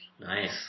Nice